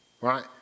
right